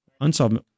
Unsolved